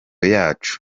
yacu